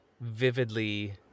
vividly